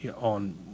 on